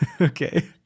Okay